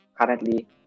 currently